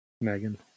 Megan